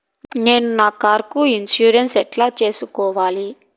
నేను నా కారుకు ఇన్సూరెన్సు ఎట్లా సేసుకోవాలి